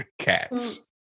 Cats